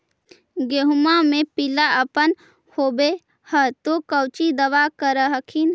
गोहुमा मे पिला अपन होबै ह तो कौची दबा कर हखिन?